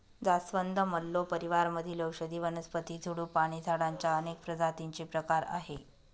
जास्वंद, मल्लो परिवार मधील औषधी वनस्पती, झुडूप आणि झाडांच्या अनेक प्रजातींचे प्रकार आहे